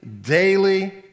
daily